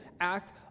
act